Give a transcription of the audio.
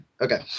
Okay